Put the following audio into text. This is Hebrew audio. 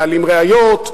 להעלים ראיות,